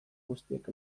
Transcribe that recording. guztiak